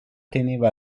teneva